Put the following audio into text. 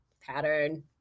pattern